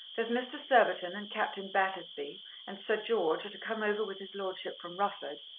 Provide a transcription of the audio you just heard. there's mr. surbiton and captain battersby and sir george are to come over with his lordship from rufford.